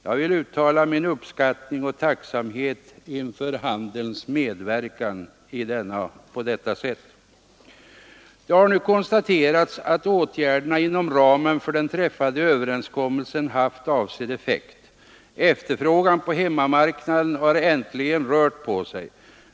Jag vill uttala min uppskattning och tacksamhet inför handelns medverkan på detta sätt. Det kan nu konstateras att åtgärderna inom ramen för den träffade överenskommelsen haft avsedd effekt. Efterfrågan på hemmamarknaden har äntligen rört på sig.